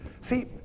See